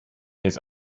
his